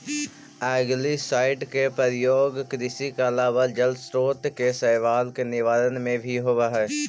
algicide के प्रयोग कृषि के अलावा जलस्रोत के शैवाल के निवारण में भी होवऽ हई